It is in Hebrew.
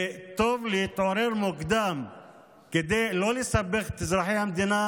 וטוב להתעורר מוקדם כדי לא לסבך את אזרחי המדינה